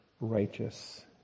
Righteous